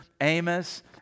Amos